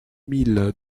mille